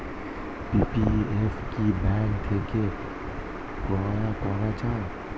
PPF কি bank থেকে ক্রয় করা যায়?